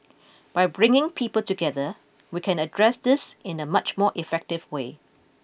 by bringing people together we can address this in a much more effective way